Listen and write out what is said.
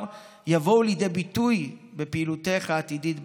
יבואו לידי ביטוי בפעילותך העתידית בכנסת.